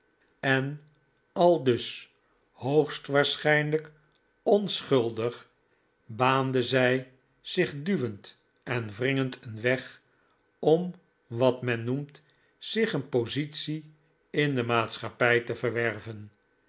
en aldus hoogstwaarschijnlijk onschuldig baande zij zich duwend en wringend een weg om wat men noemt zich een positie in de maatschappij te verwerven